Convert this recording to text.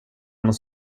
någon